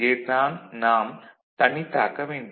இதைத் தான் நாம் தனித்தாக்க வேண்டும்